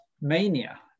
mania